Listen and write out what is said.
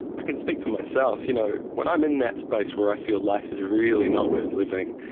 i can speak for myself. you know when i'm in that space where i feel life is really not worth living,